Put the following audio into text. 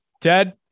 Ted